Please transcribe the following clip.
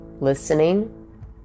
listening